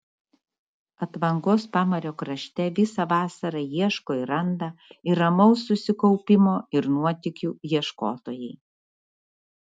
atvangos pamario krašte visą vasarą ieško ir randa ir ramaus susikaupimo ir nuotykių ieškotojai